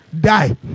die